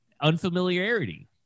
unfamiliarity